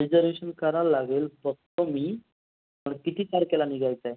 reservation करायला लागेल बघतो मी पण किती तारखेला निघायचं आहे